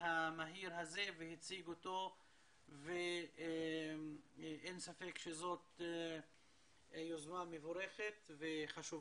המהיר הזה והציג אותו ואין ספק שזאת יוזמה מבורכת וחשובה.